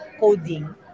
coding